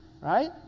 right